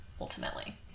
ultimately